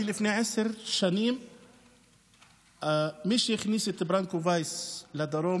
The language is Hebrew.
לפני עשר שנים מי שהכניס את ברנקו וייס לדרום